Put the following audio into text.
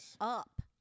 up